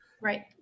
Right